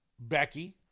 Becky